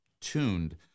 tuned